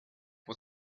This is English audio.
was